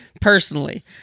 personally